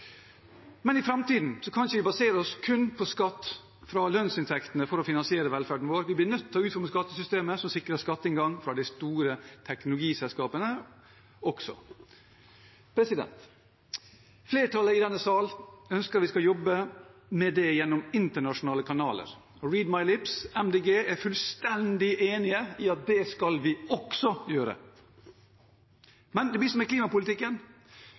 Men i framtiden kan vi ikke basere oss kun på skatt fra lønnsinntektene for å finansiere velferden vår. Vi blir nødt til å utforme skattesystemet som sikrer skatteinngang også fra de store teknologiselskapene. Flertallet i denne sal ønsker at vi skal jobbe med det gjennom internasjonale kanaler. Og «read my lips» – Miljøpartiet De Grønne er fullstendig enig i at det skal vi også gjøre. Men det blir som i klimapolitikken: